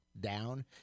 down